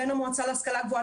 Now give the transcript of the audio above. בין המועצה להשכלה גבוהה,